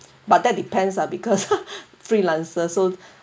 but that depends ah because freelancer so